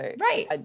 Right